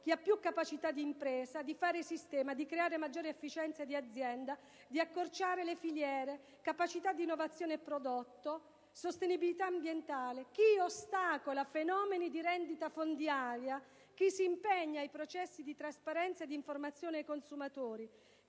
chi ha più capacità di impresa, di fare sistema, di creare maggiore efficienza di azienda, di accorciare le filiere; chi ha più capacità di innovazione e di prodotto; chi persegue la sostenibilità ambientale; chi ostacola fenomeni di rendita fondiaria; chi si impegna nei processi di trasparenza e informazione ai consumatori;